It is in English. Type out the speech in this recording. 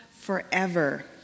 Forever